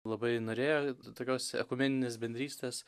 labai norėjo tokios ekumeninės bendrystės